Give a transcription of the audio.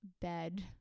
bed